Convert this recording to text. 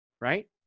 Right